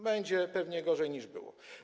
Będzie pewnie gorzej niż było.